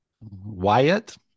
Wyatt